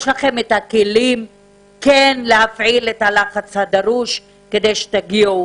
יש לכם את הכלים כן להפעיל את הלחץ הדרוש כדי שתגיעו,